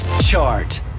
Chart